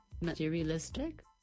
materialistic